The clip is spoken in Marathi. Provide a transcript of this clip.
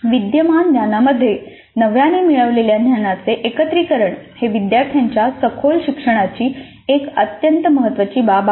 विद्यमान ज्ञानामध्ये नव्याने मिळवलेल्या ज्ञानाचे एकत्रीकरण ही विद्यार्थ्यांच्या सखोल शिक्षणाची एक अत्यंत महत्वाची बाब आहे